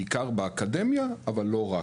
בעיקר באקדמיה, אבל לא רק.